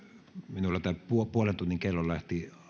minulla tämä puolen tunnin kello